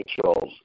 Charles